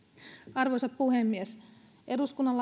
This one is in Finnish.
arvoisa puhemies eduskunnan